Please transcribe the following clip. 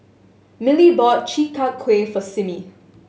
Millie bought Chi Kak Kuih for Simmie